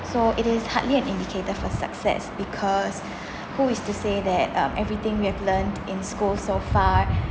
so it is hardly an indicator for success because who is to say that um everything we have learned in school so far